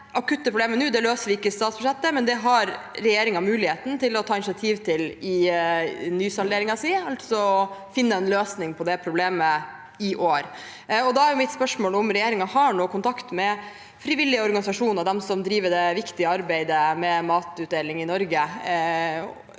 akutte problemet løser vi ikke i statsbudsjettet, men regjeringen har muligheten til å ta initiativ til det i nysalderingen sin – altså å finne en løsning på det problemet i år. Mitt spørsmål er om regjeringen har noe kontakt med frivillige organisasjoner, de som driver det viktige arbeidet med matutdeling i Norge,